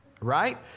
right